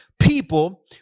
people